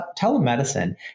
Telemedicine